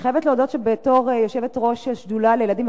אני חייבת להודות שבתור יושבת-ראש השדולה לילדים